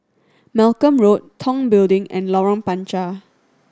Malcolm Road Tong Building and Lorong Panchar